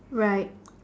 right